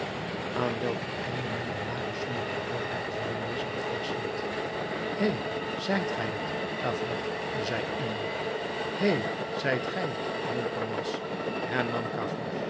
aan welker einde men de lage sombere poort der gevangenis la force ziet he zijt gij t gavroche zei iemand hé zijt gij t